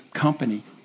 company